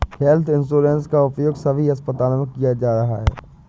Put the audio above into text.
health insurance का उपयोग सभी अस्पतालों में किया जा रहा है